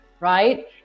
right